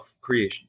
creation